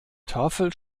tafel